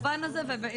--- הממשק המקוון הזה.